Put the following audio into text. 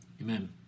Amen